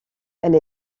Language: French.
elle